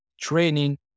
training